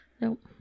Nope